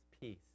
peace